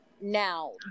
Now